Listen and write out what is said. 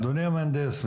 אדוני המהנדס,